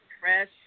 fresh